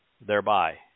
Thereby